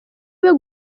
ariwe